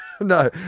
no